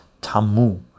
Tamu